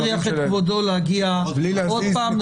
כבודו להגיע עוד פעם,